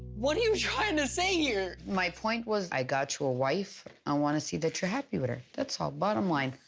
what are you trying to say here? my point was, i got you a wife, i wanna see that you're happy with her, that's all, bottom line.